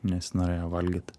nesinorėjo valgyt